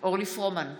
אורלי פרומן,